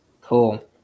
Cool